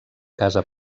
casa